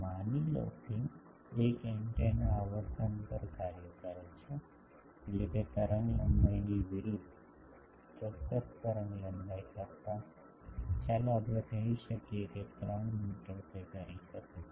માની લો કે એક એન્ટેના આવર્તન પર કાર્ય કરે છે એટલે કે તરંગલંબાઇની વિરુદ્ધ ચોક્કસ તરંગલંબાઇ કરતાં ચાલો આપણે કહી શકીએ કે 3 મીટર તે કરી શકે છે